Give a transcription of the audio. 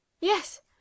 yes